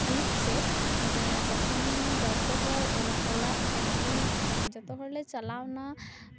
ᱟᱹᱭᱩᱵ ᱥᱮᱫ ᱢᱟᱱᱮ ᱛᱚᱠᱷᱚᱱ ᱡᱚᱛᱚ ᱦᱚᱲ ᱚᱲᱟᱜ ᱚᱲᱟᱜ ᱯᱷᱮᱢᱮᱞᱤ ᱡᱚᱛᱚ ᱦᱚᱲᱞᱮ ᱪᱟᱞᱟᱣᱱᱟ